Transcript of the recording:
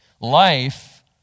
Life